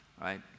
right